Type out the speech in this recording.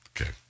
Okay